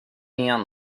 neon